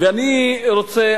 ואני רוצה,